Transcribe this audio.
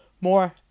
more